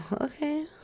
okay